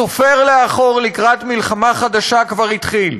הסופר לאחור לקראת מלחמה חדשה, כבר התחיל.